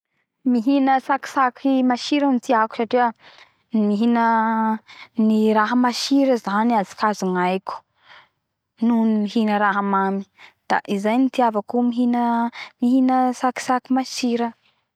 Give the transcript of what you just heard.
Mihina tsakitsaky masira tiako satria mihina ny raha masira zany azokazognaiko noho ny mihina raha mamy da zay itiavako mihina mihina raha masira